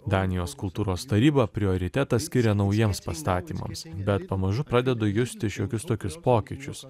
danijos kultūros taryba prioritetą skiria naujiems pastatymams bet pamažu pradedu justi šiokius tokius pokyčius